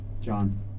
John